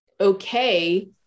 okay